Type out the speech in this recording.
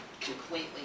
completely